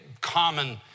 common